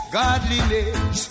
godliness